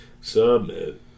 Submit